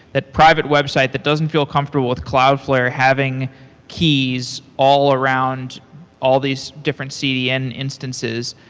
that private website that doesn't feel comfortable with cloudflare having keys all around all these different cdn instances.